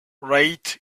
rate